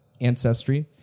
ancestry